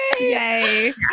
Yay